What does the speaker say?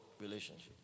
relationship